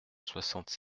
soixante